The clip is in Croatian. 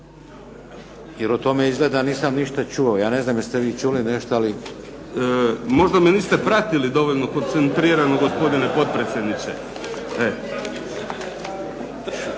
jer o tome izgleda nisam ništa čuo. Ja ne znam jeste li vi čuli nešto, ali. **Kajin, Damir (IDS)** Možda me niste pratili dovoljno koncentrirano gospodine potpredsjedniče.